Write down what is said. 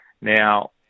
Now